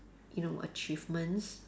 you know achievements